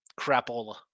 Crapola